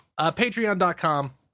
Patreon.com